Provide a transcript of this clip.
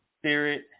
spirit